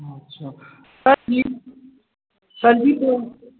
अच्छा कटलिभ सरजी को